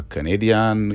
Canadian